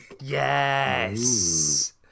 Yes